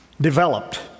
developed